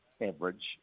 Average